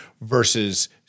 versus